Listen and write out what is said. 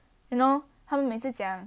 you know 他们每次讲